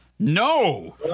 No